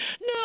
No